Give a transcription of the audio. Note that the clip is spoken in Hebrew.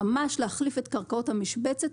של ממש להחליף את קרקעות המשבצת,